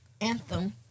anthem